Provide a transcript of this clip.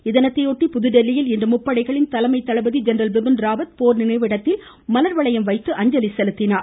இத்தினத்தையொட்டி புதுதில்லியில் இன்று முப்படைகளின் தலைமை தளபதி ஜெனரல் பிபின் ராவத் போர் நினைவிடத்தில் மலர்வளையம் வைத்து அஞ்சலி செலுத்தினார்